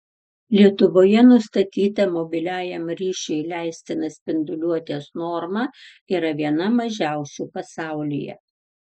lietuvoje nustatyta mobiliajam ryšiui leistina spinduliuotės norma yra viena mažiausių pasaulyje